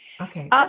Okay